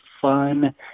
Fun